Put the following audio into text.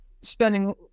spending